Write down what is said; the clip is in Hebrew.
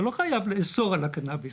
אתה לא חייב לאסור על הקנאביס,